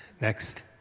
Next